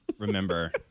remember